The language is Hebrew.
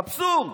אבסורד.